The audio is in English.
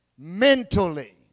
Mentally